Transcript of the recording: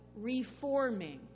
reforming